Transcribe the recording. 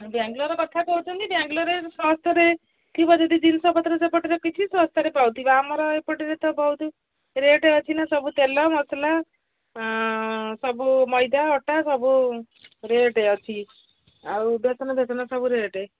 ବାଙ୍ଗାଲୋର କଥା କହୁଛନ୍ତି ବାଙ୍ଗାଲୋରରେ ଶସ୍ତାରେ ଥିବ ଯଦି ଜିନିଷପତ୍ର ସେପଟରେ କିଛି ଶସ୍ତାରେ ପାଉଥିବ ଆମର ଏପଟରେ ତ ବହୁତ ରେଟ୍ ଅଛି ନା ସବୁ ତେଲ ମସଲା ସବୁ ମଇଦା ଅଟା ସବୁ ରେଟ୍ ଅଛି ଆଉ ବେସନ ବେସନ ସବୁ ରେଟ୍